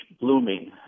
blooming